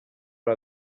ari